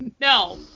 no